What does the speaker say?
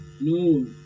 No